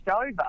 over